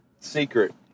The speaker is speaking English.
secret